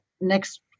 next